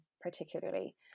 Particularly